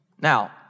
Now